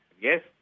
Yes